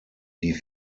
die